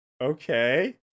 Okay